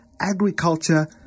agriculture